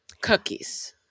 cookies